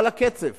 אבל הקצף